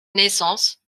naissance